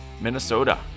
Minnesota